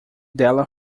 dela